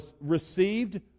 received